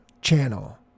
channel